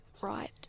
right